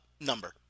number